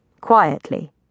Quietly